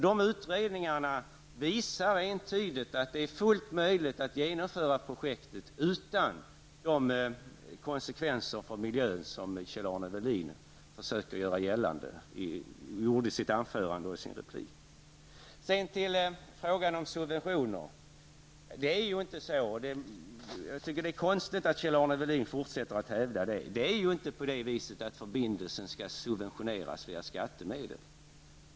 De utredningarna visar entydigt att det är fullt möjligt att genomföra projektet utan de konsekvenser för miljön som Kjell-Arne Welin talade om i sitt anförande och i sin replik. Så till frågan om subventioner. Jag tycker att det är konstigt att Kjell-Arne Welin fortsätter att hävda att förbindelsen skall subventioneras via skattemedel; det är ju inte så.